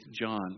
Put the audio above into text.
John